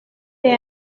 t’es